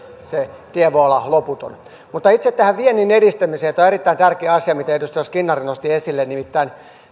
se tie voi olla loputon mutta itse tähän viennin edistämiseen tämä on erittäin tärkeä asia minkä edustaja skinnari nosti esille nimittäin